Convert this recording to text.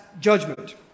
judgment